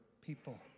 people